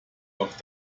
auf